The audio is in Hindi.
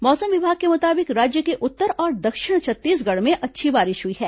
मौसम विभाग के मुताबिक राज्य के उत्तर और दक्षिण छत्तीसगढ़ में अच्छी बारिश हुई है